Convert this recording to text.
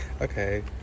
Okay